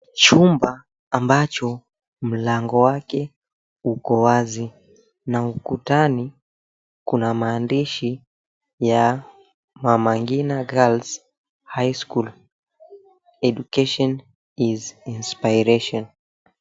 Chumba ambacho mlango wake uko wazi na ukutani kuna maandishi ya, Mama Ngina Girls High School, Education is Inspiration.